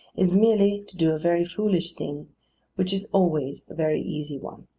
is merely to do a very foolish thing which is always a very easy one.